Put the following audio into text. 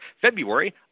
February